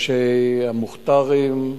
המוכתרים,